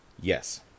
Yes